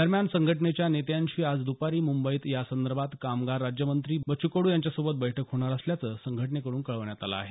दरम्यान संघटनेच्या नेत्यांची आज दुपारी मुंबईत यासंदर्भात कामगार राज्य मंत्री बच्चु कडू यांच्यासोबत बैठक होणार असल्याच संघटनेकडून कळवण्यात आलं आहे